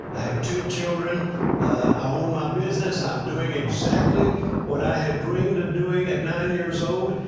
i have two children, i own my business, i'm doing exactly what i had dreamed of doing at nine years old.